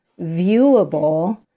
viewable